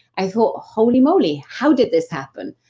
i thought, holy moly, how did this happen?